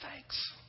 thanks